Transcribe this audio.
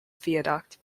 viaduct